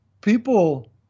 people